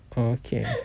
oh okay